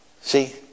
See